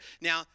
Now